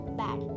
bad